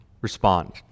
respond